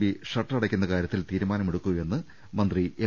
B shutter അടക്കുന്ന കാര്യത്തിൽ തീരുമാനമെടുക്കൂ എന്ന് മന്ത്രി എം